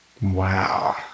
Wow